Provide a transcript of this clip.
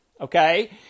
okay